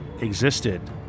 existed